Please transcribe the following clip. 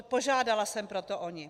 Požádala jsem proto o ni.